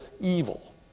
evil